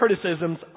criticisms